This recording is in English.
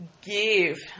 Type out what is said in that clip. give